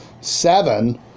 seven